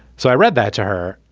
so i read that to her.